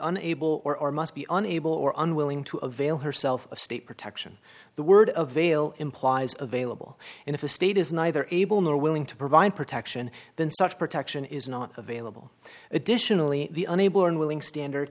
unable or must be unable or unwilling to avail herself of state protection the word of veil implies available and if a state is neither able nor willing to provide protection then such protection is not available additionally the unable or unwilling standard